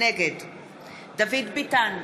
נגד דוד ביטן,